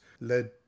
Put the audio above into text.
led